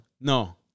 no